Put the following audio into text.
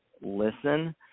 listen